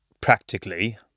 practically